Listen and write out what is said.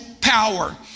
power